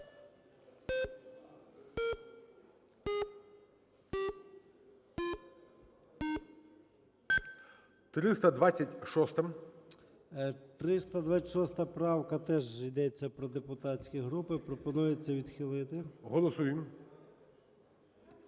326 правка теж йдеться про депутатські групи, пропонується відхилити. ГОЛОВУЮЧИЙ.